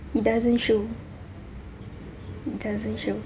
he doesn't show he doesn't show